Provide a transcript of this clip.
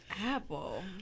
Apple